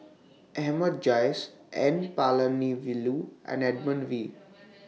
Ahmad Jais N Palanivelu and Edmund Wee